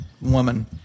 woman